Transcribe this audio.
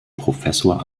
professor